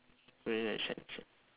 very nice shine shine